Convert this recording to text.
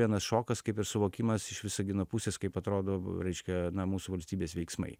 vienas šokas kaip ir suvokimas iš visagino pusės kaip atrodo reiškia na mūsų valstybės veiksmai